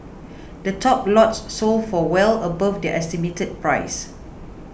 the top lots sold for well above their estimated price